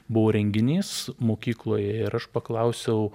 buvo renginys mokykloje ir aš paklausiau